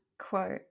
quote